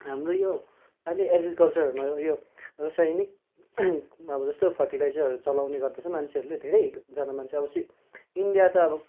हाम्रो यो अहिले एग्रिकल्चरहरूमा उयो रसाायनिक अब जस्तो फर्टिलाइजरहरू चलाउने गर्दछ मान्छेहरूले धेरै जगामा चाहिँ अब चाहिँ इन्डिया त अब